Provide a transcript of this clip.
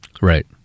Right